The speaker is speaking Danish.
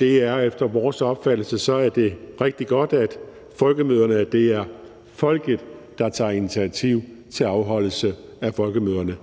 Det er efter vores opfattelse rigtig godt, at det er folket, der tager initiativ til afholdelse af folkemøderne,